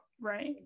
Right